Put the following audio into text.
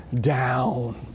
down